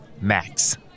Max